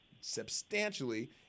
substantially